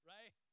Right